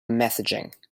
messaging